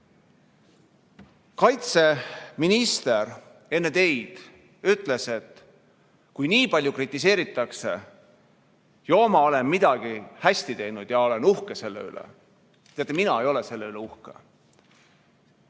Kaitseminister enne teid ütles, et kui nii palju kritiseeritakse, ju ma siis olen midagi hästi teinud, ja olen uhke selle üle. Teate, mina ei ole selle üle uhke.